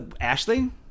Ashley